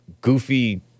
goofy